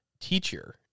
teacher